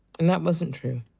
and that wasn't true.